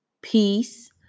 peace